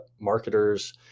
marketers